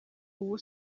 ubu